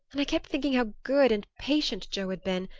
and i kept thinking how good and patient joe had been,